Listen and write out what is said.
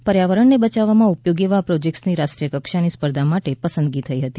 પર્યાવરણને બચાવવામાં ઉપયોગી એવા પ્રોજેક્ટની રાષ્ટ્રીય કક્ષાની સ્પર્ધા માટે પસંદગી થઈ હતી